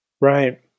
Right